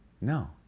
no